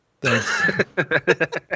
thanks